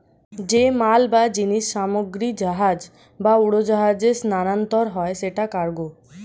যে মাল বা জিনিস সামগ্রী জাহাজ বা উড়োজাহাজে স্থানান্তর হয় সেটা কার্গো